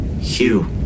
Hugh